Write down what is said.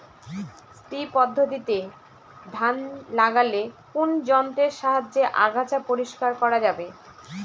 শ্রী পদ্ধতিতে ধান লাগালে কোন যন্ত্রের সাহায্যে আগাছা পরিষ্কার করা যাবে?